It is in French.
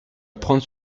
prendre